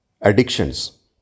addictions